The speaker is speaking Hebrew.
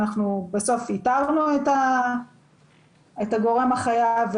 אנחנו בסוף איתרנו את הגורם החייב,